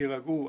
תירגעו,